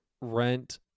rent